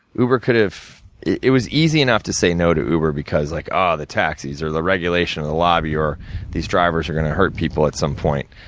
uber could've it was easy enough to say no to uber, because like, aww, the taxis, or the regulation, or the lobby, or these drivers are gonna hurt people at some point.